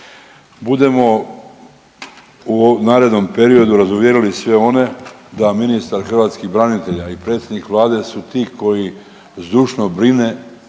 Budemo u narednom periodu razuvjerili sve one da ministar hrvatskih branitelja i predsjednik Vlade su ti koji zdušno brine